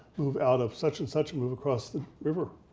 move out of such and such and move across the river,